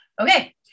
Okay